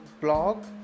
blog